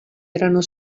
erano